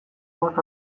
bost